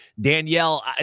Danielle